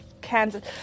Kansas